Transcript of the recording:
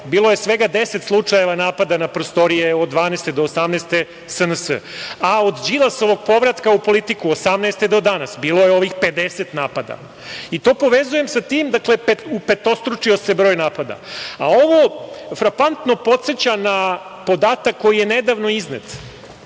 bilo je svega 10 slučajeva napada na prostorije SNS od 2012. do 2018. godine, a od Đilasovog povratka u politiku 2018. godine do danas bilo je ovih 50 napada i to povezujem sa tim, dakle, upetostručio se broj napada. Ovo frapantno podseća na podatak koji je nedavno iznet,